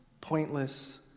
pointless